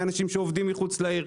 מי האנשים שעובדים מחוץ לעיר,